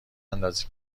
اندازه